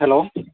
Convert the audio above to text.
hello